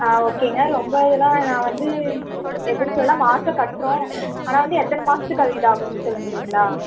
ஆ ஓகேங்க ரொம்ப இதலாம் நான் வந்து எப்படி சொல்லணும்னா மாதம் கட்டுறோம் ஆனால் வந்து எத்தனை மாதத்துக்கு அது இதாகும்னு சொல்ல முடியும்ங்களா